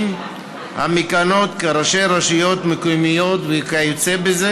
המכהנות כראשי רשויות מקומיות וכיוצא בזה.